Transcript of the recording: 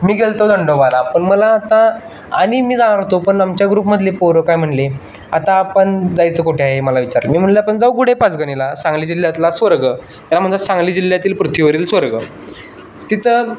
मी गेलो होतो दंडोबाला पण मला आता आणि मी जाणार होतो पण आमच्या ग्रुपमधले पोरं काय म्हणाले आता आपण जायचं कुठे आहे मला विचार मी म्हणलं आपण जाऊ गुढेपासगणीला सांगली जिल्ह्यातला स्वर्ग त्याला म्हणतात सांगली जिल्ह्यातील पृथ्वीवरील स्वर्ग तिथं